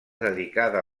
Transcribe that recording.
dedicada